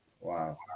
wow